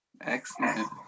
Excellent